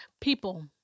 People